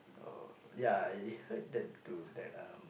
oh ya I heard that too that um